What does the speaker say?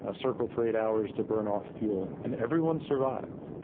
ah circled for eight hours to burn off fuel, and everyone survived.